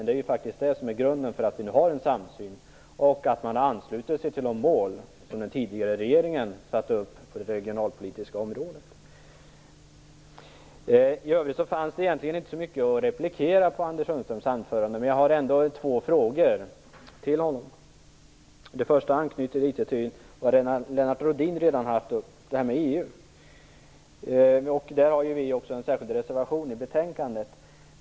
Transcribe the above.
Det är ju det som är grunden för att vi nu har en samsyn; att man ansluter sig till de mål som den tidigare regeringen satte upp på det regionalpolitiska området. I övrigt fanns det egentligen inte så mycket att replikera på i Anders Sundströms anförande, men jag har ändå två frågor till honom. Den första anknyter litet till något som Lennart Rohdin redan har haft uppe, nämligen det här med EU. Där har ju vi också en särskild reservation i betänkandet.